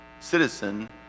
citizen